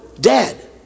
dead